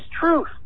truth